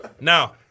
Now